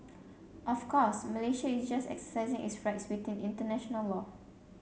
of course Malaysia is just exercising its rights within international law